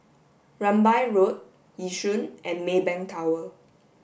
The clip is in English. Rambai Road Yishun and Maybank Tower